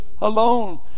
alone